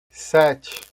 sete